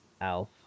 Alf